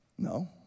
no